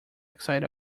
excited